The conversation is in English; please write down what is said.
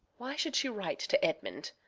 why should she write to edmund?